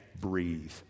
breathe